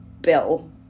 bill